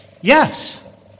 Yes